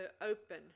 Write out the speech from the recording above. open